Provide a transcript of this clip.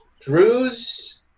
Drews